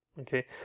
Okay